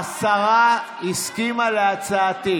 השרה הסכימה להצעתי